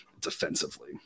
defensively